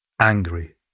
angry